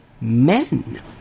Men